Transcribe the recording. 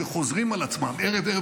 שחוזרים על עצמם ערב-ערב,